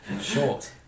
Short